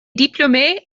diplômé